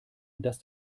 dass